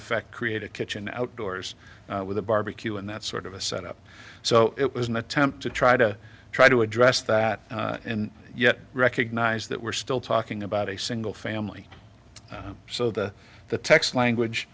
effect create a kitchen outdoors with a barbecue and that sort of a set up so it was an attempt to try to try to address that and yet recognize that we're still talking about a single family so the the text language